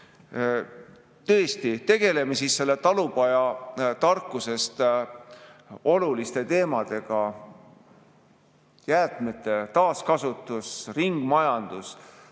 Tõesti, tegeleme siis talupojatarkusest oluliste teemadega, nagu jäätmete taaskasutus, ringmajandus